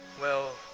well.